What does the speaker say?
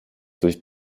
durch